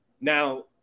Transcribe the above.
Now